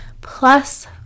plus